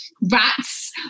rats